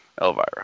elvira